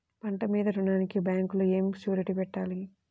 పంట మీద రుణానికి బ్యాంకులో ఏమి షూరిటీ పెట్టాలి?